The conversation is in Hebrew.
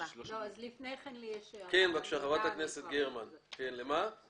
לפני כן יש לי הערה להגדרה ""מידע"